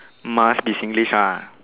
must be Singlish ah